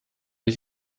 ich